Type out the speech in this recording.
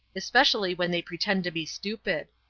especially when they pretend to be stupid.